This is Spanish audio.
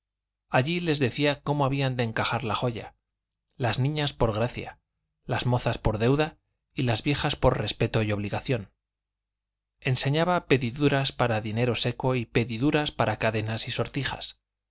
allí les decía cómo habían de encajar la joya las niñas por gracia las mozas por deuda y las viejas por respeto y obligación enseñaba pediduras para dinero seco y pediduras para cadenas y sortijas